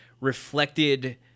reflected